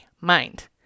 mind